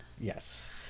yes